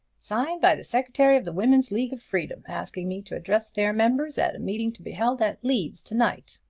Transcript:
signed by the secretary of the women's league of freedom, asking me to address their members at a meeting to be held at leeds to-night.